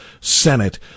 Senate